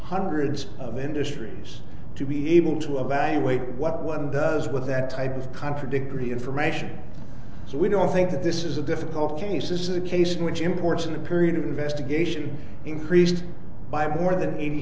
hundreds of industries to be able to evaluate what one does with that type of contradictory information so we don't think that this is a difficult case is that a case in which imports in a period of investigation increased by more than eighty